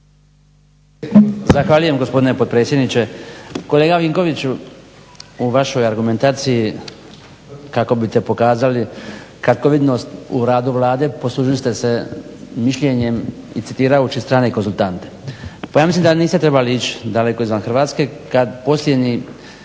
Zahvaljujem gospodine potpredsjedniče. Kolega Vinkoviću, u vašoj argumentaciji, kako bi ste pokazali kratkovidnost u radu Vlade poslužili ste se mišljenjem i citirajući strane konzultante. Pa ja mislim da niste trebali ić daleko izvan Hrvatske, kad posljednji